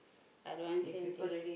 I don't want say anything